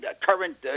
current